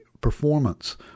performance